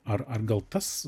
ar ar gal tas